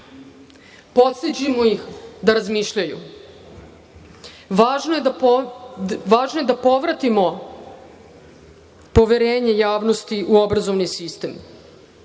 Podstičemo ih da razmišljaju. Važno je da povratimo poverenje javnosti u obrazovni sistem.